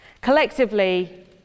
Collectively